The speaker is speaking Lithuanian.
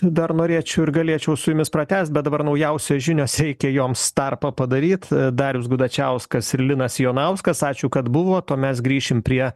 dar norėčiau ir galėčiau su jumis pratęst bet dabar naujausios žinios reikia joms tarpą padaryt darius gudačiauskas ir linas jonauskas ačiū kad buvot o mes grįšim prie